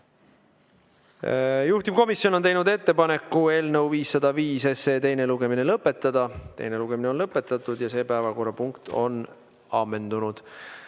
Juhtivkomisjon on teinud ettepaneku eelnõu 505 teine lugemine lõpetada. Teine lugemine on lõpetatud ja see päevakorrapunkt on ammendunud.